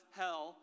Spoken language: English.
hell